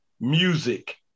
music